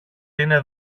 είναι